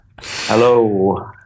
Hello